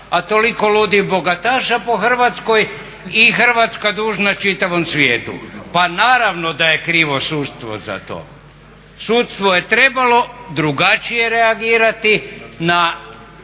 a toliko ludih bogataša po Hrvatskoj i Hrvatska dužna čitavom svijetu. Pa naravno da je krivo sudstvo za to. Sudstvo je trebalo drugačije reagirati na